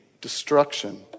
destruction